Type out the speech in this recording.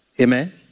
Amen